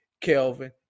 Kelvin